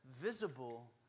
visible